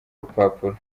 rupapuro